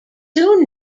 soon